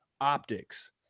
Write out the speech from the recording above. optics